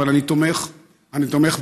אבל אני תומך בדברים,